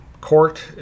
court